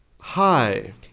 Hi